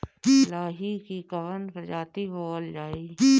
लाही की कवन प्रजाति बोअल जाई?